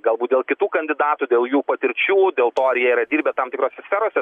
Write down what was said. galbūt dėl kitų kandidatų dėl jų patirčių dėl to ar jie yra dirbę tam tikrose sferose